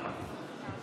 63,